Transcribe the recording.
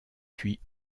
puis